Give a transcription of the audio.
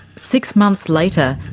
six months later,